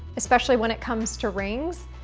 especially when it comes to rings.